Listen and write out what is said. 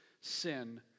sin